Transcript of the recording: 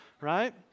right